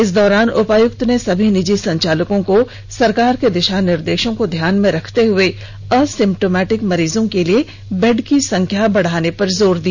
इस दौरान उपायुक्त ने सभी निजी संचालकों को सरकार के दिशा निर्देशों को ध्यान में रखते हुए एसिप्टोमेटिक मरीजों के लिए बेड की संख्या बढ़ाने पर जोर दिया